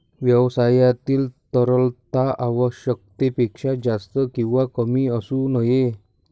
व्यवसायातील तरलता आवश्यकतेपेक्षा जास्त किंवा कमी असू नये